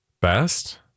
best